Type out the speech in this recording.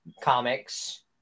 comics